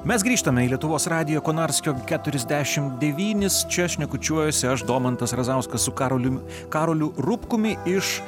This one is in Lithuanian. mes grįžtame į lietuvos radijo konarskio keturiasdešimt devynis čia šnekučiuojasi aš domantas razauskas su karolium karoliu rupkumi iš